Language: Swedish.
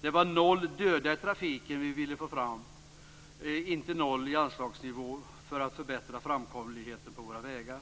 Det var noll döda i trafiken vi ville nå fram till, inte noll i anslag för att förbättra framkomligheten på våra vägar.